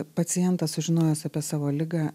pacientas sužinojęs apie savo ligą